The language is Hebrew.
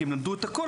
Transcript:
כי הם למדו את הכול,